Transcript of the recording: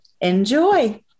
Enjoy